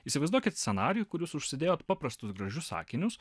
įsivaizduokit scenarijų kur jūs užsidėjot paprastus gražius akinius